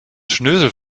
schnösel